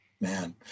man